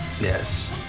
Yes